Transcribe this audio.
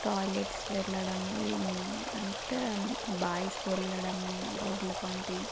toilets వెళ్ళడము అంటే boys వెళ్ళడము రోడ్లు వెంట